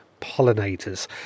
pollinators